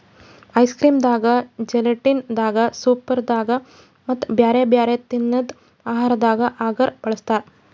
ice cream ದಾಗಾ gelatin ದಾಗಾ soup ದಾಗಾ ಮತ್ತ್ ಬ್ಯಾರೆ ಬ್ಯಾರೆ ತಿನ್ನದ್ ಆಹಾರದಾಗ ಅಗರ್ ಬಳಸ್ತಾರಾ